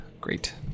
Great